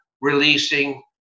releasing